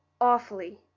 Awfully